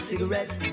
Cigarettes